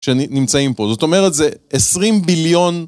שנמצאים פה. זאת אומרת, זה 20 ביליון...